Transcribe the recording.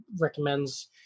recommends